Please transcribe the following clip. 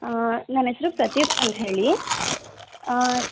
ಆಂ ನನ್ನೆಸ್ರು ಪ್ರತ್ಯುಕ್ತ ಅಂತ್ಹೇಳಿ